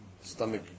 stomach